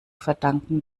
verdanken